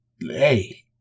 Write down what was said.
hey